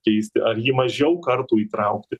keisti ar jį mažiau kartų įtraukti